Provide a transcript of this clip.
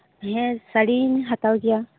ᱦᱮᱸ ᱥᱟᱹᱲᱤᱧ ᱦᱟᱛᱟᱣ ᱠᱮᱭᱟ